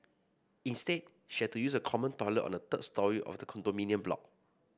instead she had to use a common toilet on the third storey of the condominium block